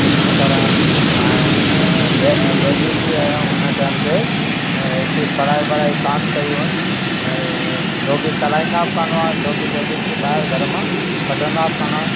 कुझु बि करण ऐं ले लेडीस ई आहे उन टाइम ते एतिरी पढ़ाई बढ़ाई कोन कई हुअसि छोकी कराईंदा बि कोन हुआ छोकी लेडीस खे ॿाहिरि घरु मां कढंदा बि कोन हुआ